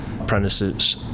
apprentices